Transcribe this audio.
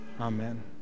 Amen